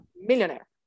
millionaire